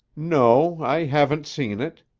no. i haven't seen it.